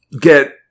get